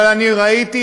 אבל אני ראיתי,